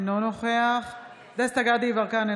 אינו נוכח דסטה גדי יברקן,